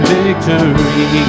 victory